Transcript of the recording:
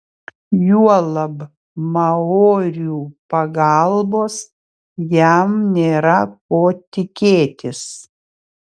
juolab maorių pagalbos jam nėra ko tikėtis